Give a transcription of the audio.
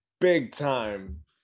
big-time